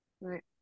Right